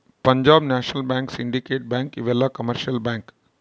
Punjab National Bank Syndicate Bank ಇವೆಲ್ಲ commercial bank